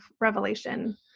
revelation